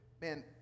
man